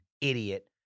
idiot